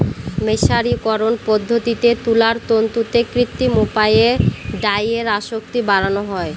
মের্সারিকরন পদ্ধতিতে তুলার তন্তুতে কৃত্রিম উপায়ে ডাইয়ের আসক্তি বাড়ানো হয়